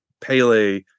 Pele